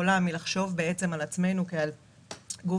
לחשוב על עצמנו כגוף